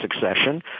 succession